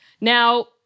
Now